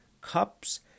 cups